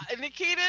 nikita